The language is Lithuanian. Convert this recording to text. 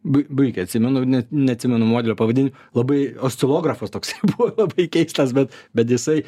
biui biuike atsimenu ne neatsimenu modelio pavadini labai oscilografas toksai buvo labai keistas bet bet jisai